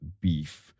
beef